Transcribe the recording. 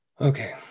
Okay